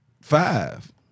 five